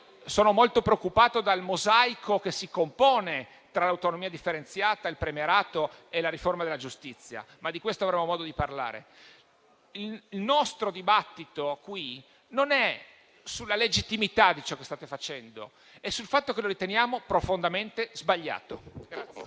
sono molto preoccupato dal mosaico che si compone tra l'autonomia differenziata, il premierato e la riforma della giustizia, ma di questo avremo modo di parlare. Il nostro dibattito qui non è sulla legittimità di ciò che state facendo; è sul fatto che lo riteniamo profondamente sbagliato.